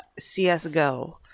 CSGO